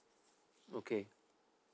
okay